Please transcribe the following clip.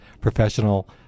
professional